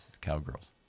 cowgirls